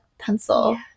Pencil